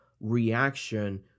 reaction